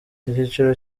icyiciro